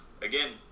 Again